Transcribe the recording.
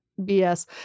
BS